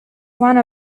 one